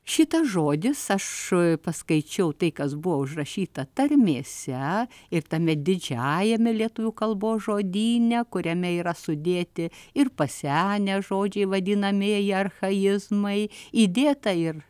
šitas žodis aš paskaičiau tai kas buvo užrašyta tarmėse ir tame didžiajame lietuvių kalbos žodyne kuriame yra sudėti ir pasenę žodžiai vadinamieji archaizmai įdėta ir